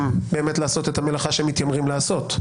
באמת לעשות את המלאכה שהם מתיימרים לעשות.